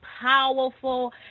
powerful